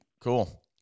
Cool